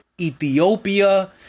Ethiopia